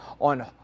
on